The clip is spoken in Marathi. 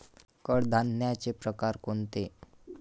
कडधान्याचे प्रकार कोणते?